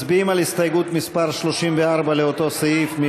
מצביעים על הסתייגות מס' 34 לאותו סעיף.